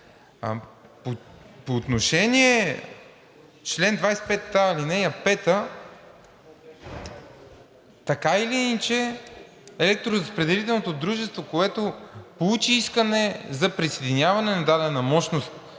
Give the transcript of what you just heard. По отношение чл. 25а, ал. 5 – така или иначе електроразпределителното дружество, което получи искане за присъединяване на дадена мощност